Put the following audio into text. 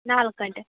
ನಾಲ್ಕು ಗಂಟೆ